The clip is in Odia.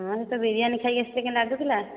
ହଁ ମୁଁ ତ ବିରିୟାନି ଖାଇକି ଆସିଲି କେମିତି ଲାଗୁଥିଲା